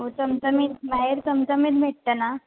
हो चमचा मी बाहेर चमचमीत भेटतं ना